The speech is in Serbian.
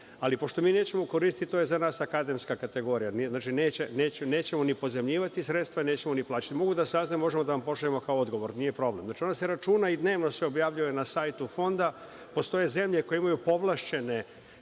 više. Pošto mi nećemo koristiti ovo je za nas akademska kategorija. Znači, nećemo ni pozajmljivati sredstva, nećemo ni plaćati. Mogu da saznam, možemo da vam pošaljemo kao odgovor, nije problem. Znači, ona se računa i dnevno se objavljuje na sajtu Fonda. Postoje zemlje koje imaju povlašćene